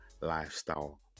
lifestyle